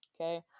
okay